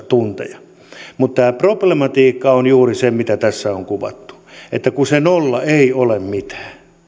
tunteja viikossa mutta tämä problematiikka on juuri se mitä tässä on kuvattu että kun se nolla ei ole